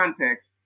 context